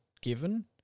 given